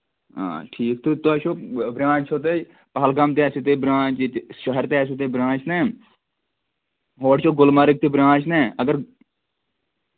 آ ٹھیٖک تہٕ تۄہہِ چھُو برانچ چھو تۄہہِ پہلگام تہِ آسوٕ تۄہہِ برانچ ییٚتہِ شہرٕ تہِ آسوٕ تۄہہِ برانچ نہ ہورٕ چھِ گُلمَرٕگ تہِ برانچ نہ اَگر